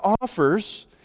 offers